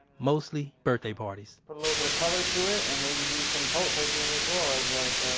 mostly, birthday parties put a little bit of color to it and maybe do some toilet papering as well as like, ah,